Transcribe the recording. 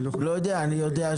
אני יודע שיושב-ראש